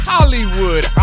Hollywood